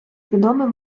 відомий